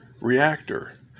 reactor